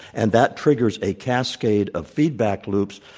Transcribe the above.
and that triggers a cascade of feedback loops,